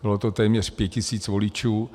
Bylo to téměř 5 tisíc voličů.